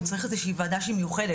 הוא צריך איזו שהיא ועדה שהיא מיוחדת.